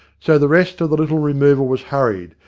so the rest of the little removal was hurried,